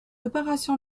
opération